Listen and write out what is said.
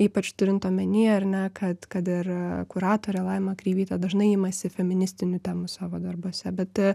ypač turint omenyje ar ne kad kad ir kuratorė laima kreivytė dažnai imasi feministinių temų savo darbuose bet